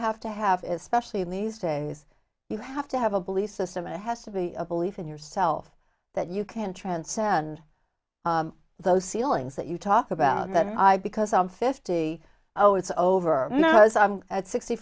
have to have is especially in these days you have to have a belief system it has to be a belief in yourself that you can transcend those ceilings that you talk about that because i'm fifty oh it's over knows i'm at sixty